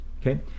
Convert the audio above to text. okay